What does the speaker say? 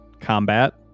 combat